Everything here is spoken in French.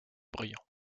brillant